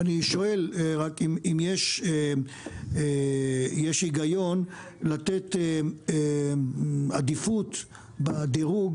ואני שואל אם יש היגיון לתת עדיפות בדירוג